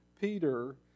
Peter